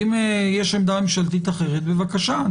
אם יש עמדה ממשלתית אחרת בבקשה.